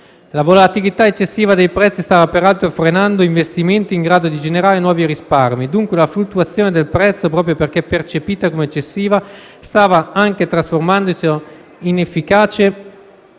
La volatilità eccessiva dei prezzi stava, peraltro, frenando investimenti in grado di generare nuovi risparmi; dunque, la fluttuazione del prezzo, proprio perché percepita come eccessiva, stava anche mostrandosi inefficace